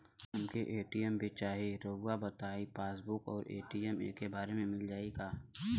हमके ए.टी.एम भी चाही राउर बताई का पासबुक और ए.टी.एम एके बार में मील जाई का?